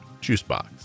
juicebox